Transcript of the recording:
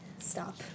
Stop